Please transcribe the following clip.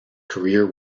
career